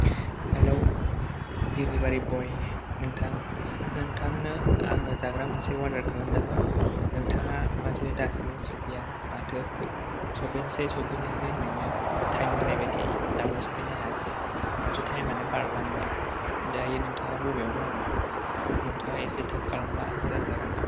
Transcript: hello delivery बय नोंथां नोंथांनो आङो जाग्रा मोनसे अर्डार खालामदोंमोन नोंथाङा मथो दासिमबो सौफैया माथो सौफैनोसै सौफैनोसै होनैनो टाइम होनाय बायदि दाबो सौफैनो हायासै माथो टाइम आनो बारलांबाय दायै नोंथाङा बबेयाव दङ नोंथाङा एसे थाब खालामब्ला मोजां जागोन नामा